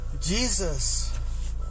Jesus